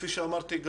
כפי שאמרתי,